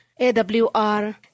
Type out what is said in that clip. AWR